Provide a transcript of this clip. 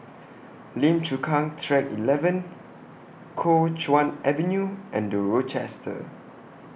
Lim Chu Kang Track eleven Kuo Chuan Avenue and The Rochester